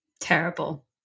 Terrible